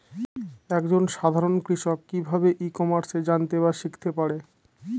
এক জন সাধারন কৃষক কি ভাবে ই কমার্সে জানতে বা শিক্ষতে পারে?